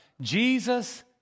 Jesus